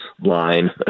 line